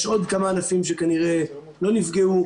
יש עוד כמה ענפים שכנראה לא נפגעו.